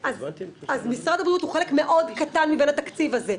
אז משרד הבריאות הוא חלק קטן מאוד מתוך התקציב הזה.